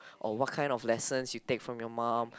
or what kind of lessons you take from your mum